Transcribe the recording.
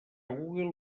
google